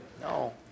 No